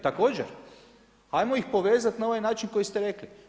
Također hajmo ih povezati na ovaj način na koji ste rekli.